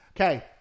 Okay